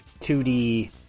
2D